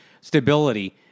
stability